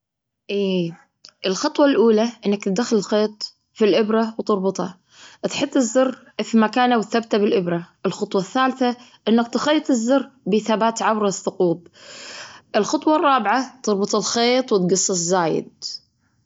إيه الخطوة الأولى أنك تدخل الخيط في الإبرة وتربطه. تحط الزر في مكانه وتثبته بالإبرة. الخطوة الثالثة أنك تخيط الزر بثبات عبر الثقوب الخطوة الرابعة تربط الخيط وتقص الزايد.